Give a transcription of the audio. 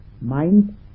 Mind